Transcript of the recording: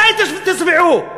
מתי תשבעו?